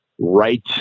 right